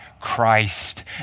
Christ